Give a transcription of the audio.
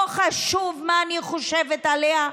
ולא חשוב מה אני חושבת עליה,